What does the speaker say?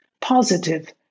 positive